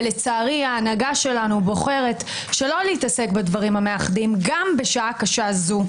ולצערי ההנהגה שלנו בוחרת שלא להתעסק בדברים המאחדים גם בשעה קשה זו.